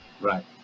right